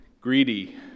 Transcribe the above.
greedy